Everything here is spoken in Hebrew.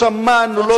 לא שמענו,